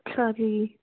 ਅੱਛਾ ਜੀ